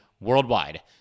worldwide